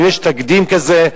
אם יש תקדים כזה,